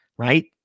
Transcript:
Right